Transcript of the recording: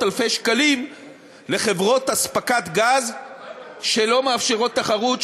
אלפי שקלים לחברות אספקת גז שלא מאפשרות תחרות,